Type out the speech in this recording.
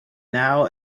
now